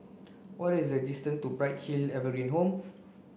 what is the distance to Bright Hill Evergreen Home